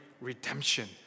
redemption